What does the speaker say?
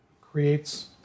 creates